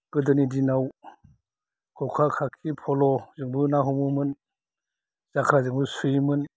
गोदोनि दिनाव खखा खाखि फल'जोंबो ना हमोमोन जाखाजोंबो सुयोमोन